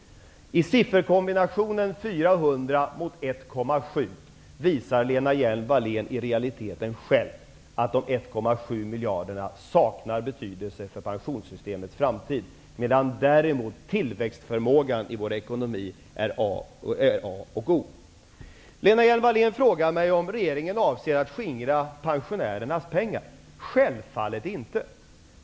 miljarder visar Lena Hjelm-Wallén i realiteten själv att de 1,7 miljarderna saknar betydelse för pensionssystemets framtid, medan däremot tillväxtförmågan i vår ekonomi är A och O. Lena Hjelm-Wallén frågar mig om regeringen avser att skingra pensionärernas pengar. Självfallet inte.